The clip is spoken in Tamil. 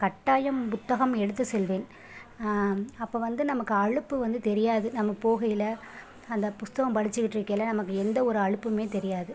கட்டாயம் புத்தகம் எடுத்து செல்வேன் அப்போது வந்து நமக்கு அலுப்பு வந்து தெரியாது நம்ம போகயில் அந்த புத்தகம் படித்துக்கிட்டு இருக்கயில் நமக்கு எந்த ஒரு அலுப்பும் தெரியாது